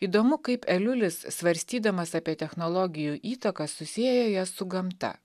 įdomu kaip eliulis svarstydamas apie technologijų įtaką susieja jas su gamta